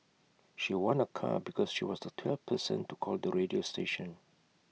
she won A car because she was the twelfth person to call the radio station